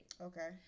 Okay